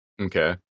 Okay